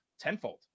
Tenfold